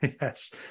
Yes